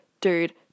dude